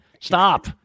stop